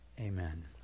Amen